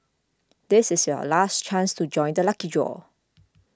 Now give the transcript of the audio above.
this is your last chance to join the lucky draw